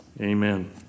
Amen